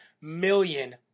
million